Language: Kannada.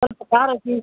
ಸ್ವಲ್ಪ ಖಾರ ಸಿಹಿ